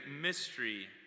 mystery